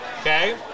okay